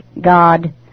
God